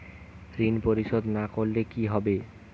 ঋণ পরিশোধ না করলে কি হবে?